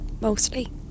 mostly